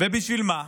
ובשביל מה,